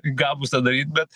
gabūs tą daryt bet